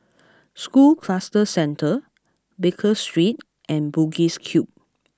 School Cluster Centre Baker Street and Bugis Cube